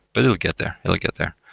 but it will get there. it will get there.